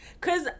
Cause